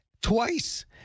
twice